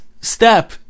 step